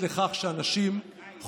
לך תתחנן למנדלסון שיכניס תלמידה אחת יותר.